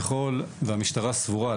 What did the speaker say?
ככל והמשטרה סבורה,